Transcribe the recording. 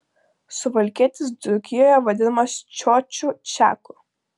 suvalkietis dzūkijoje vadinasi čiočiu čiaku